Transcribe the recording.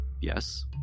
Yes